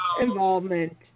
involvement